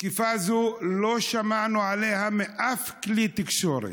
תקיפה זו, לא שמענו עליה מאף כלי תקשורת.